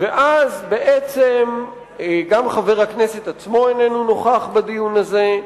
ואז בעצם גם חבר הכנסת עצמו איננו נוכח בדיון הזה,